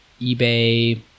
eBay